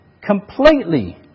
completely